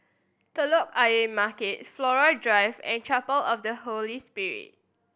Telok Ayer Market Flora Drive and Chapel of the Holy Spirit